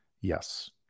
Yes